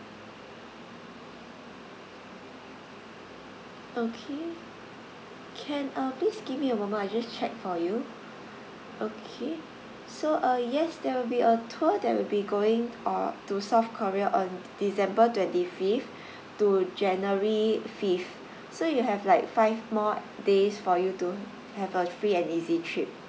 okay can uh please give me a moment I just check for you okay so uh yes there will be a tour that will be going uh to south korea on december twenty fifth to january fifth so you have like five more days for you to have a free and easy trip